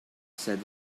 said